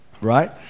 Right